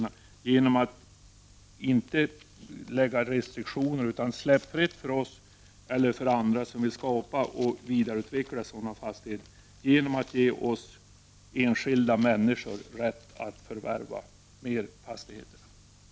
Det kan ske genom att man avstår från att införa restriktioner och släpper fritt för dem som vill skapa och vidareutveckla, genom att man ger enskilda rätt att förvärva fastigheter i större utsträckning.